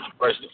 first